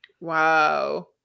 wow